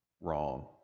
wrong